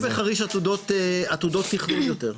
אין בחריש עתודות תכנון יותר,